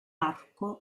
arco